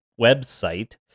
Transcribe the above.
website